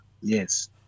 Yes